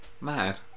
Mad